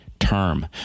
term